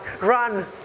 Run